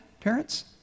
parents